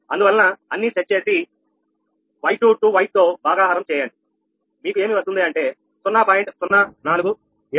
అందువలన అన్ని సెట్ చేసి 𝑌22 వైట్ తో భాగాహారం చేయండి మీకు ఏమి వస్తుందంటే 0